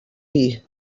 dir